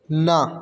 ਨਾ